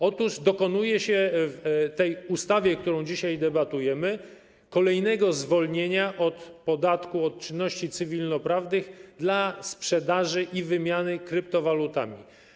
Otóż dokonuje się w tej ustawie, nad którą dzisiaj debatujemy, kolejnego zwolnienia od podatku od czynności cywilnoprawnych w przypadku sprzedaży i wymiany kryptowalut.